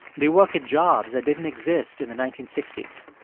they work at jobs that didn't exist in the nineteen sixty s.